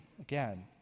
again